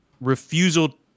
refusal